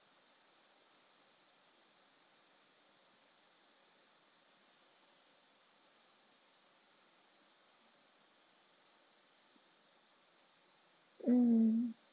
mm